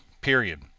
period